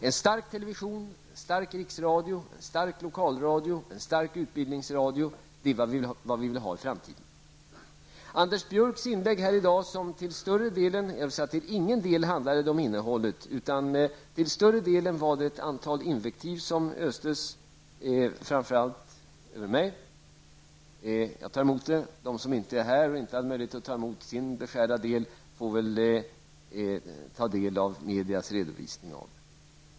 En stark television, en stark riksradio, en stark lokalradio och en stark utbildningsradio är vad vi vill ha i framtiden. Anders Björcks inlägg här i dag handlade till ingen del om innehållet i propositionen, utan till större delen var det ett antal invektiv som östes framför allt över mig. Jag tog emot dem här, och de som inte hade möjlighet att här ta emot sin beskärda del får väl göra det via medias redovisning av debatten.